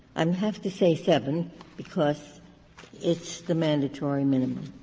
um have to say seven because it's the mandatory minimum.